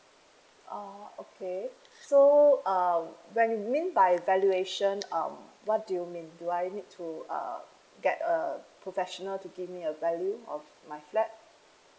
uh okay so uh when you mean by valuation um what do you mean do I need to uh get a professional to give me a value of my flat